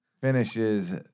finishes